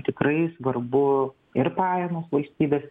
tikrai svarbu ir pajamos valstybės